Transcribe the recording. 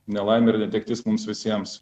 nelaimė ir netektis mums visiems